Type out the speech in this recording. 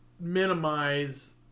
minimize